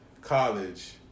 college